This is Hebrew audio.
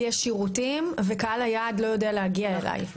שיש שירותים וקהל היעד לא יודע להגיע אליה.